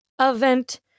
event